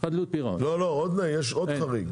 לא, יש עוד חריג.